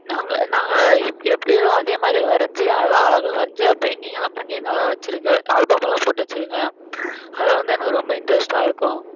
நாங்கள் நாங்கள் எப்படியோ அதே மாதிரி வரைஞ்சி எல்லா அழகாக வரைஞ்சி ஒரு பெயிண்டிங் எல்லாம் பண்ணி நல்லா வெச்சுருக்கேன் ஆல்பம் எல்லாம் போட்டு வெச்சுருக்கேன் அதை வந்து எனக்கு ரொம்ப இன்ட்ரெஸ்டாக இருக்கும்